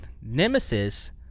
Nemesis